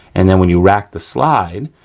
and then when you rack the slide,